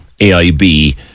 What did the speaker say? AIB